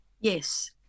Yes